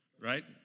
Right